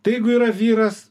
tai jeigu yra vyras